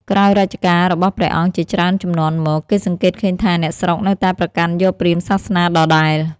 ក្រោយរជ្ជកាលរបស់ព្រះអង្គជាច្រើនជំនាន់មក គេសង្កេតឃើញថាអ្នកស្រុកនៅតែប្រកាន់យកព្រាហ្មណ៍សាសនាដដែល។